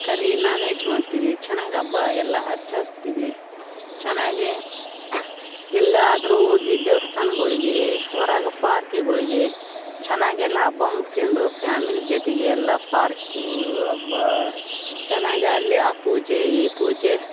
ಕರಿ non veg ಮಾಡ್ತೀವಿ ಚೆನ್ನಾಗಿ ಹಬ್ಬ ಎಲ್ಲ ಆಚರಿಸ್ತೇವೆ ಚೆನ್ನಾಗಿ ಎಲ್ಲಾದ್ರು ಹೋಗಿ ದೇವಸ್ಥಾನ್ಗಳಿಗೆ ಹೊರಗೆ ಫಾರ್ಕಿಗಳಿಗೆ ಚೆನ್ನಾಗೆಲ್ಲ ಹಬ್ಬ ಮುಗಿಸ್ಕೊಂಡು ಫ್ಯಾಮಿಲ್ ಜೊತೆಗೆ ಎಲ್ಲ ಫಾರ್ಕು ಹಬ್ಬ ಚೆನ್ನಾಗಿ ಅಲ್ಲೇ ಆ ಪೂಜೆ ಈ ಪೂಜೆ